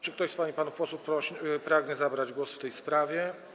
Czy ktoś z pań i panów posłów pragnie zabrać głos w tej sprawie?